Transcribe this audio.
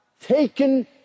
taken